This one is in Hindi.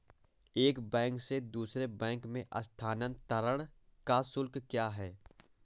एक बैंक से दूसरे बैंक में स्थानांतरण का शुल्क क्या है?